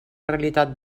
realitat